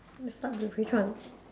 you start with which one